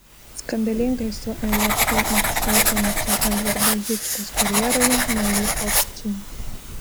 skandalingai su lrt atsisveikinusio edvardo žičkaus karjeroje nauji pokyčiai